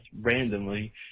randomly